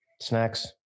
snacks